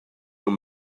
your